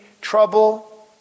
trouble